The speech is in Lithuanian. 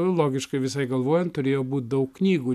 logiškai visai galvojant turėjo būt daug knygų